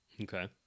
Okay